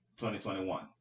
2021